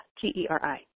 G-E-R-I